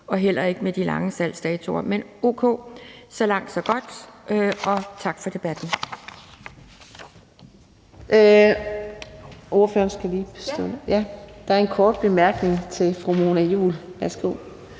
og heller ikke med de lange salgsdatoer. Men o.k., så langt så godt, og tak for debatten.